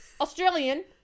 Australian